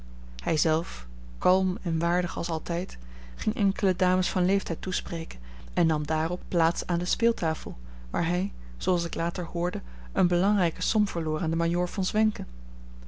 hij zelf kalm en waardig als altijd ging enkele dames van leeftijd toespreken en nam daarop plaats aan de speeltafel waar hij zooals ik later hoorde eene belangrijke som verloor aan den majoor von zwenken